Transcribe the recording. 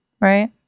right